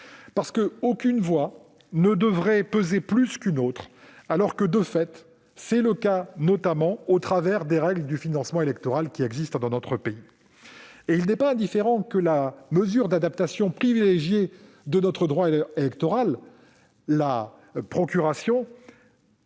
parce qu'aucune voix ne devrait peser plus qu'une autre, alors que c'est de fait le cas, notamment au travers des règles de financement électoral qui existent dans notre pays. Il n'est pas indifférent que la mesure d'adaptation du droit électoral privilégiée